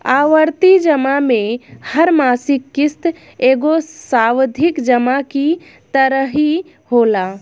आवर्ती जमा में हर मासिक किश्त एगो सावधि जमा की तरही होला